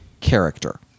character